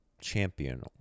champion